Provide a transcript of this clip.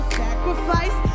sacrifice